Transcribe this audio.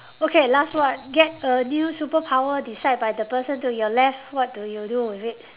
okay last one get a new superpower decide by the person to your left what do you do with it